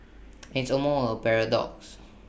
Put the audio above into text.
it's almost A paradox